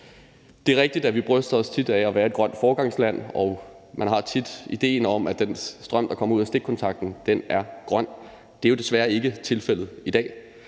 Det er rigtigt, at vi tit bryster os af at være et grønt foregangsland, og man har tit den idé, at den strøm, der kommer ud af stikkontakten, er grøn, men det er jo desværre ikke tilfældet i dag.